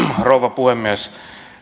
rouva puhemies